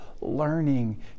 learning